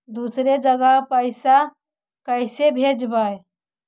दुसरे जगह पैसा कैसे भेजबै?